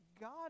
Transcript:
God